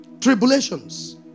Tribulations